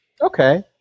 Okay